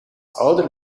ouder